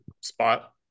spot